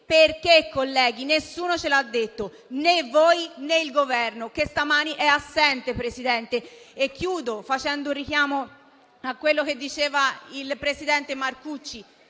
Perché colleghi? Nessuno ce l'ha detto, né voi né il Governo, che stamani è assente. Concludo facendo un richiamo a quanto diceva il presidente Marcucci: